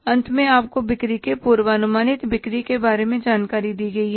अंत में आपको बिक्री के पूर्वानुमानित बिक्री के बारे में जानकारी दी गई है